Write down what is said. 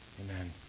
Amen